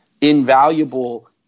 invaluable